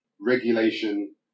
regulation